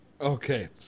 Okay